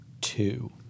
two